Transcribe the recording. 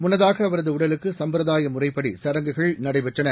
முன்னதாக அவரது உடலுக்கு சும்பிரதாய முறைப்படி சடங்குகள் ் நடைபெற்றன